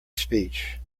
speech